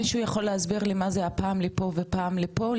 מישהו יכול להסביר לי מה זה הפעם לפה ופעם לפה?